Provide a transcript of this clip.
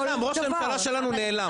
נעלם, ראש הממשלה שלנו נעלם.